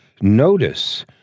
notice